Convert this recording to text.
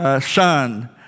son